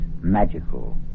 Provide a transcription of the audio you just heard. magical